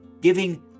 giving